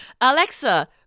Alexa